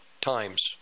times